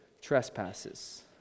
trespasses